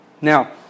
Now